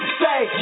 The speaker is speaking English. say